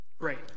great